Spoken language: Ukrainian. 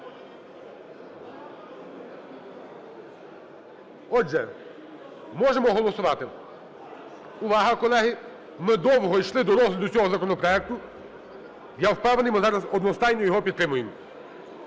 Отже, можемо голосувати? Увага! Колеги, ми довго йшли до розгляду цього законопроекту, я впевнений, ми зараз одностайно його підтримаємо,